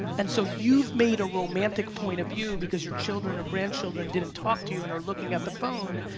and so you've made a romantic point of view because your children or grandchildren didn't talk to you and are looking at the phone,